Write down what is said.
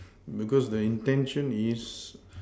because the intention is